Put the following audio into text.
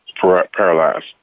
paralyzed